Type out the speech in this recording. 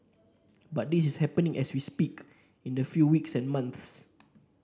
but this is happening as we speak in the few weeks and months